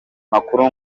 makuru